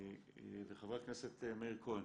וחבר הכנסת מאיר כהן